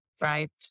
right